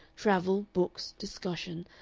travel, books, discussion,